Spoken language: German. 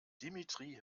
dimitri